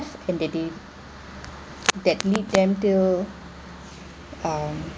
in the day that lead them to um